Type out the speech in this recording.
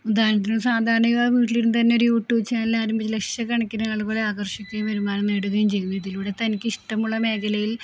ഉദാഹണത്തിനു സാധാരണയൊരാള് വീട്ടിലിരുന്നുതന്നെ ഒരു യൂ ട്യൂബ് ചാനല് ആരംഭിച്ച് ലക്ഷക്കണക്കിനാളുകളെ ആകർഷിക്കുകയും വരുമാനം നേടുകയും ചെയ്യുന്നു ഇതിലൂടെ തനിക്കിഷ്ടമുള്ള മേഖലയിൽ